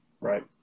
right